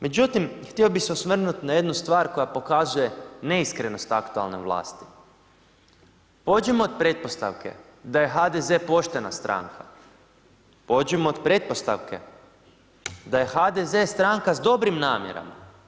Međutim, htio bi se osvrnuti na jednu stvar koja pokazuje neiskrenost aktualne vlasti, pođimo od pretpostavke da je HDZ poštena stranka, pođimo od pretpostavke, da je HDZ stranka s dobrim namjerama.